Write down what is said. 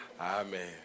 Amen